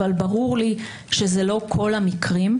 אבל ברור לי שזה לא כל המקרים.